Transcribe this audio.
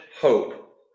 hope